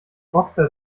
boxer